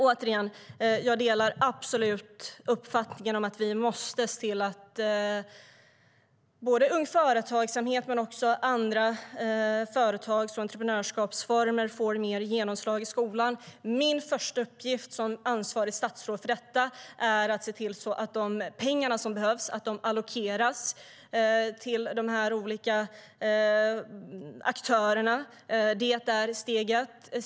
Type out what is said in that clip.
Återigen: Jag delar absolut uppfattningen att vi måste se till att både Ung Företagsamhet och andra företags och entreprenörskapsformer får mer genomslag i skolan. Min första uppgift som ansvarigt statsråd för detta är att se till att de pengar som behövs allokeras till de olika aktörerna. Det är steg ett.